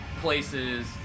places